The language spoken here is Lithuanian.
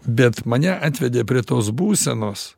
bet mane atvedė prie tos būsenos